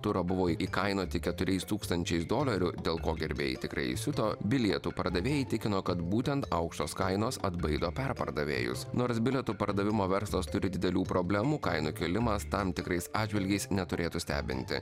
turą buvo įkainoti keturiais tūkstančiais dolerių dėl ko gerbėjai tikrai įsiuto bilietų pardavėjai tikino kad būtent aukštos kainos atbaido perpardavėjus nors bilietų pardavimo verslas turi didelių problemų kainų kėlimas tam tikrais atžvilgiais neturėtų stebinti